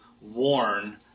warn